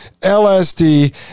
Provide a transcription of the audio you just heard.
LSD